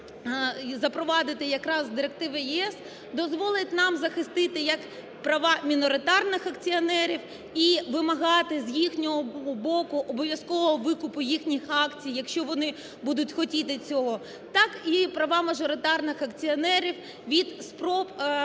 запровадити якраз директиви ЄС, дозволить нам захистити як права міноритарних акціонерів і вимагати з їхнього боку обов'язкового викупу їхніх акцій, якщо вони будуть хотіти цього, так і права мажоритарних акціонерів від спроб